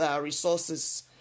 resources